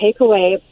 takeaway